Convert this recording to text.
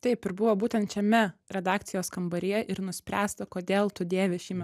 taip ir buvo būtent šiame redakcijos kambaryje ir nuspręsta kodėl tu dėvi šį me